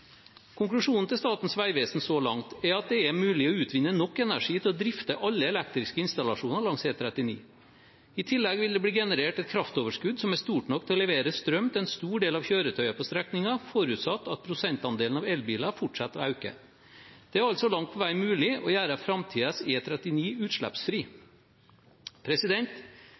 Konklusjonen til Statens vegvesen så langt er at det er mulig å utvinne nok energi til å drifte alle elektriske installasjoner langs E39. I tillegg vil det bli generert et kraftoverskudd som er stort nok til å levere strøm til en stor del av kjøretøyene på strekningen, forutsatt at prosentandelen av elbiler fortsetter å øke. Det er altså langt på vei mulig å gjøre framtidens E39 utslippsfri.